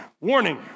warning